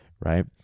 right